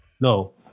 No